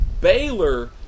Baylor